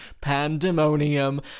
pandemonium